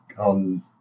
on